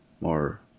more